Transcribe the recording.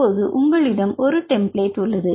இப்போது உங்களிடம் ஒரு டெம்ப்ளேட் உள்ளது